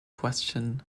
question